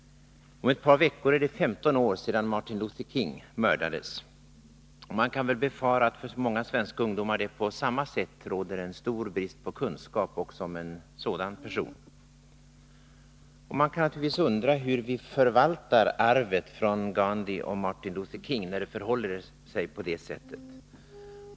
Om ett par veckor är det femton år sedan Martin Luther King mördades. Man kan befara att det för många svenska ungdomar på samma sätt råder en stor brist på kunskaper också om en sådan person. Man kan naturligtvis undra hur vi förvaltar arvet från Gandhi och King när det förhåller sig på detta sätt.